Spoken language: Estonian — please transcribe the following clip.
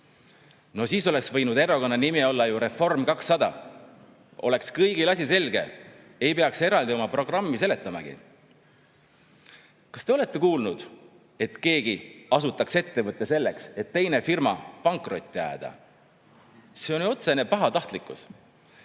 No siis oleks võinud erakonna nimi olla ju Reform 200. Oleks kõigil asi selge, ei peaks eraldi oma programmi seletamagi. Kas te olete kuulnud, et keegi asutaks ettevõte selleks, et teine firma pankrotti ajada? See on ju otsene pahatahtlikkus.